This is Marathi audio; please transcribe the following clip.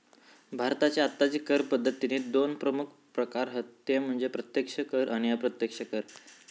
भारताची आत्ताची कर पद्दतीचे दोन प्रमुख प्रकार हत ते म्हणजे प्रत्यक्ष कर आणि अप्रत्यक्ष कर